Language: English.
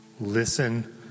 listen